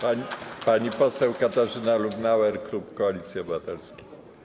Pani poseł Katarzyna Lubnauer, klub Koalicji Obywatelskiej.